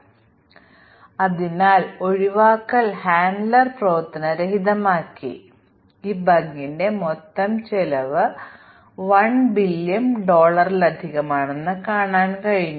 ഒരു ഉദാഹരണമായിരിക്കാം അല്ലെങ്കിൽ ഈക്വൽ ഓപ്പറേറ്റർക്ക് പകരം ലെസ്സ് താൻ ഓപ്പറേറ്റർ ആയി മാറ്റിസ്ഥാപിക്കപ്പെടാം പക്ഷേ ഇപ്പോഴും അതിൽ എന്തെങ്കിലും ബഗ് ഉണ്ടാവണമെന്നില്ല കാരണം അതിൽ ലെസ്സ് താൻ ഓപ്പറേറ്റർ അവിടെ പ്രവർത്തിക്കും